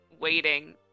waiting